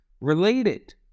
related